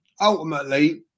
ultimately